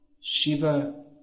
Shiva